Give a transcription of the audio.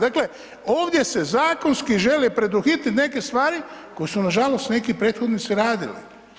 Dakle, ovdje se zakonski želi preduhitriti neke stvari koje su nažalost neki prethodnici radili.